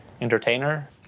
entertainer